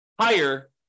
higher